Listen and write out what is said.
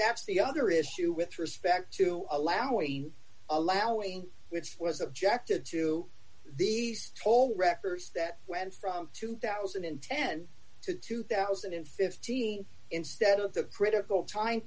that's the other issue with respect to allowing allowing which was objected to these toll records that went from two thousand and ten to two thousand and fifteen instead of the critical time